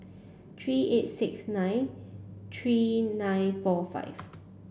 three eight six nine three nine four five